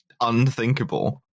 unthinkable